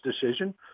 decision